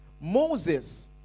Moses